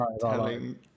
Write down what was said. telling